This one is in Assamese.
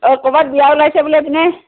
অ' ক'ৰবাত বিয়া ওলাইছে বোলে সেইপিনে